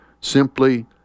Simply